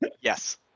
Yes